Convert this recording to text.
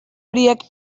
horiek